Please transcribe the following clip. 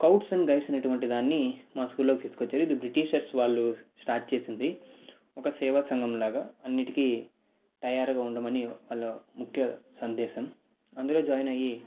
scouts and guides అనేటువంటిదాన్ని మా స్కూల్లోకి తీసుకొచ్చారు ఇది బ్రిటిషర్స్ వాళ్ళు స్టార్ట్ చేసింది ఒక సేవా సంఘం లాగా అన్నింటికీ తయారుగా ఉండమని వాళ్ళ ముఖ్య సందేశం అందులో జాయిన్ అయి